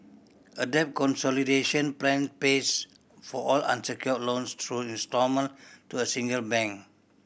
a debt consolidation plan pays for all unsecured loans through instalment to a single bank